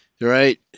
right